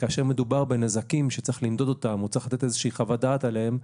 כאשר מדובר בנזקים שצריך למדוד או לתת איזושהי חוות דעת עליהם,